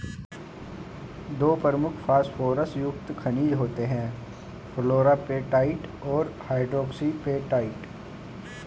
दो प्रमुख फॉस्फोरस युक्त खनिज होते हैं, फ्लोरापेटाइट और हाइड्रोक्सी एपेटाइट